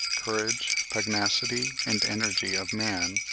courage, pugnacity, and energy of man,